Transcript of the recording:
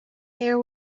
air